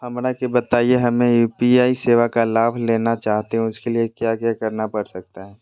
हमरा के बताइए हमें यू.पी.आई सेवा का लाभ लेना चाहते हैं उसके लिए क्या क्या करना पड़ सकता है?